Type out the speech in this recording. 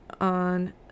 on